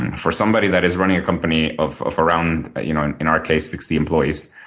and for somebody that is running a company of of around but you know and in our case sixty employees,